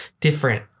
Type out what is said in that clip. different